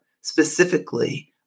specifically